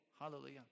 Hallelujah